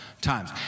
times